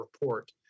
report